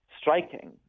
striking